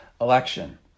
election